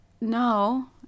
no